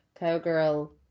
cowgirl